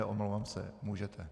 Omlouvám se, můžete.